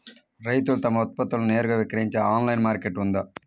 రైతులు తమ ఉత్పత్తులను నేరుగా విక్రయించే ఆన్లైను మార్కెట్ ఉందా?